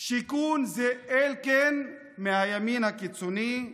שיכון, זה אלקין, מהימין הקיצוני,